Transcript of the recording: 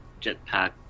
jetpack